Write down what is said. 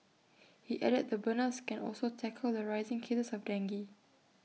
he added the burners can also tackle the rising cases of dengue